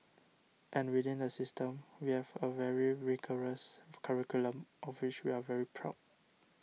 and within the system we have a very rigorous curriculum of which we are very proud